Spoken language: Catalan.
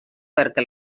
perquè